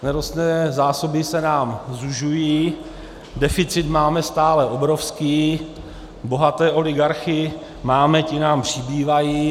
Nerostné zásoby se nám zužují, deficit máme stále obrovský, bohaté oligarchy máme ti nám přibývají.